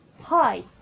hi